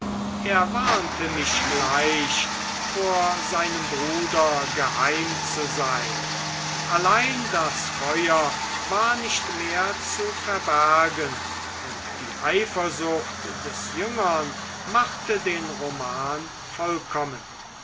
er warnte mich gleich vor seinem bruder geheim zu sein allein das feuer war nicht mehr zu verbergen und die eifersucht des jüngeren machte den roman vollkommen